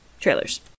trailers